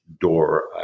door